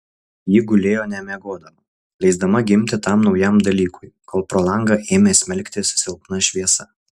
ji gulėjo nemiegodama leisdama gimti tam naujam dalykui kol pro langą ėmė smelktis silpna šviesa